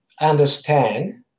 understand